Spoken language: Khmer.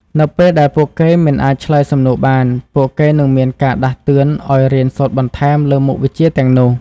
នៅពេលដែលពួកគេមិនអាចឆ្លើយសំណួរបាន ពួកគេនឹងមានការដាស់តឿនឲ្យរៀនសូត្របន្ថែមលើមុខវិជ្ជាទាំងនោះ។